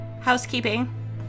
housekeeping